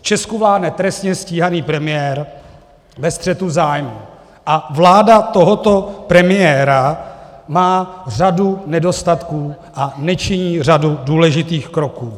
V Česku vládne trestně stíhaný premiér ve střetu zájmů a vláda tohoto premiéra má řadu nedostatků a nečiní řadu důležitých kroků.